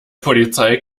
polizei